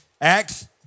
Acts